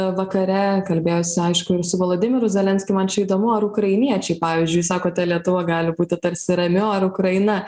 vakare kalbėjosi aišku ir su volodymyru zelenskiu man čia įdomu ar ukrainiečiai pavyzdžiui sakote lietuva gali būti tarsi rami o ar ukraina